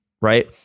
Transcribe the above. right